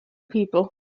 people